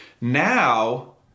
Now